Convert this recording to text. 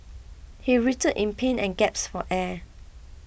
he writhed in pain and gasped for air